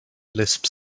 lisp